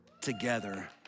together